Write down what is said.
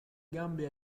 gambe